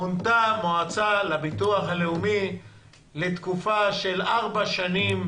מונתה מועצה לביטוח הלאומי לתקופה של ארבע שנים,